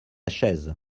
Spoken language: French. chaise